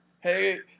Hey